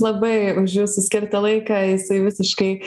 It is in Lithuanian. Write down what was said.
labai už jūsų skirtą laiką jisai visiškai